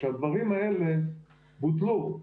כשהדברים האלה בוטלו,